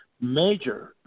major